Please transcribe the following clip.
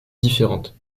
différentes